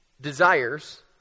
desires